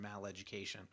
maleducation